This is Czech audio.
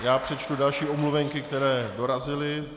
Já přečtu další omluvenky, které dorazily.